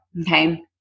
Okay